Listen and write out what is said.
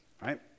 Right